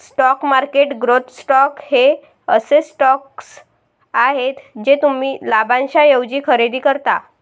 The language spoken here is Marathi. स्टॉक मार्केट ग्रोथ स्टॉक्स हे असे स्टॉक्स आहेत जे तुम्ही लाभांशाऐवजी खरेदी करता